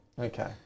Okay